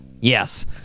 Yes